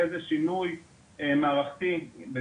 איזה שינוי מערכתי אנחנו יכולים לעשות,